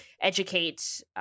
educate